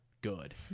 good